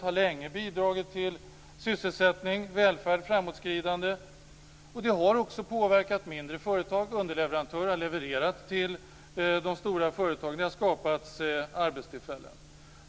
De har länge bidragit till sysselsättning, välfärd och framåtskridande. Och de har också påverkat mindre företag. Underleverantörer har levererat till de stora företagen. Det har skapats arbetstillfällen.